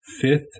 fifth